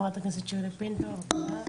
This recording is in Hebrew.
חברת הכנסת שירלי פינטו, בבקשה.